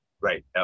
Right